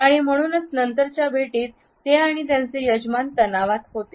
आणि म्हणूनच नंतरच्या भेटीत ते आणि त्यांचे यजमान तणावात होते